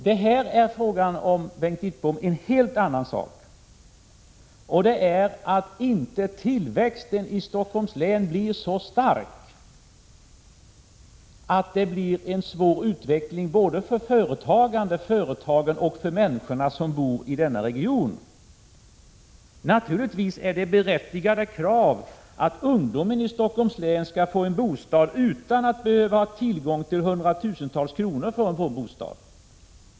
Det är här fråga om en helt annan sak, nämligen att tillväxten i Stockholms län inte blir så stor att den medför en svår utveckling såväl för företagande och företag som för de människor som bor i denna region. Naturligtvis är det ett berättigat krav att ungdomarna i Stockholms län skall kunna få en bostad utan att behöva ha tillgång till hundratusentals kronor.